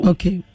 Okay